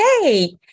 hey